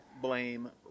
blame